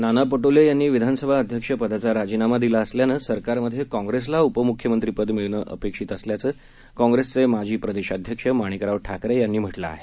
नाना पटोले यांनी विधानसभा अध्यक्ष पदाचा राजीनामा दिला असल्यानं सरकारमध्ये काँप्रेसला उपमुख्यमंत्रीपद मिळणं अपेक्षित असल्याचं काँग्रेसचे माजी प्रदेशाध्यक्ष माणिकराव ठाकरे यांनी म्हटलं आहे